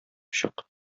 чык